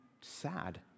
sad